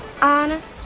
Honest